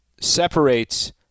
separates